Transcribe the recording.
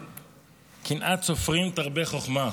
קנאת סופרים תרבה חכמה,